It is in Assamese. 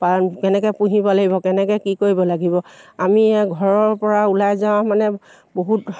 কেনেকৈ পুহিব লাগিব কেনেকৈ কি কৰিব লাগিব আমি ঘৰৰ পৰা ওলাই যাওঁ মানে বহুত